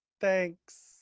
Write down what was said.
thanks